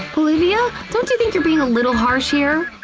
ah olivia? don't you think you're being a little harsh here?